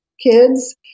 kids